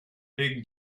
big